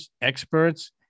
experts